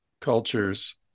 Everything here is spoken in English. cultures